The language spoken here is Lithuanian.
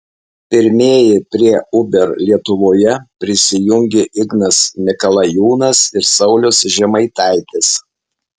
pirmieji prie uber lietuvoje prisijungė ignas mikalajūnas ir saulius žemaitaitis